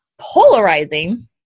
Polarizing